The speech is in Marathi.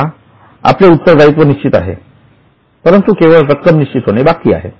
आता आपले उत्तर दायित्व निश्चित आहेपरंतु केवळ रक्कम निश्चित होणे बाकी आहे